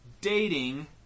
dating